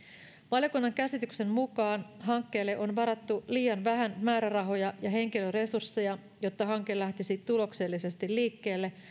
valiokunnan käsityksen mukaan hankkeelle on varattu liian vähän määrärahoja ja henkilöresursseja jotta hanke lähtisi tuloksellisesti liikkeelle